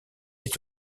est